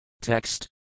Text